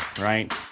right